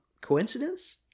coincidence